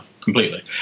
completely